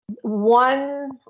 One